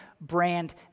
brand